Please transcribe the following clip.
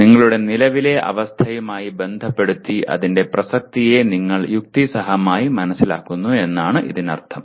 നിങ്ങളുടെ നിലവിലെ അവസ്ഥയുമായി ബന്ധപ്പെടുത്തി അതിന്റെ പ്രസക്തിയെ നിങ്ങൾ യുക്തിസഹമായി മനസിലാക്കുന്നു എന്നാണ് ഇതിനർത്ഥം